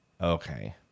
Okay